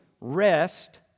rest